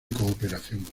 cooperación